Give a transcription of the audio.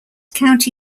county